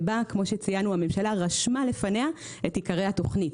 שבה הממשלה רשמה לפניה את עיקרי התוכנית.